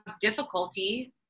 difficulty